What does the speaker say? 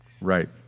right